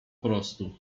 prostu